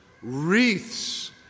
wreaths